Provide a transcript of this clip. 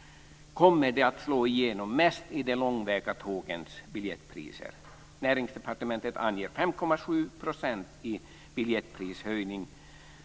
- kommer det att slå igenom mest i de långväga tågens biljettpriser. Näringsdepartementet anger 5,7 % i biljettprishöjning.